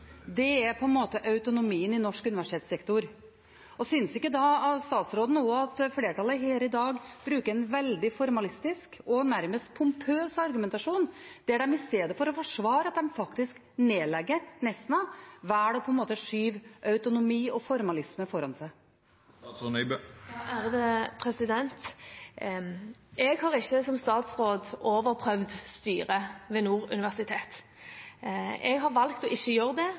Det er på en måte autonomien i norsk universitetssektor. Synes ikke da statsråden også at flertallet her i dag bruker en veldig formalistisk og nærmest pompøs argumentasjon, der de i stedet for å forsvare at de faktisk nedlegger Nesna, velger å skyve autonomi og formalisme foran seg? Jeg har ikke som statsråd overprøvd styret ved Nord universitet. Jeg har valgt ikke å gjøre det